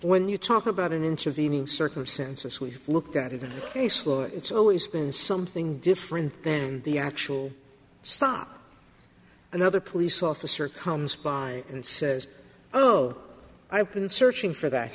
when you talk about an inch of beaming circumstances we look at it in a case law it's always been something different then the actual stop another police officer comes by and says oh i've been searching for that